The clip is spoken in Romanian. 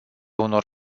unor